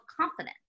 confidence